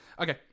Okay